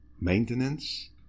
maintenance